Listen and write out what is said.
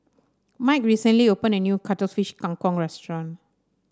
Mike recently opened a new Cuttlefish Kang Kong restaurant